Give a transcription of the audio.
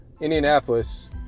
Indianapolis